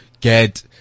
get